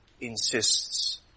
insists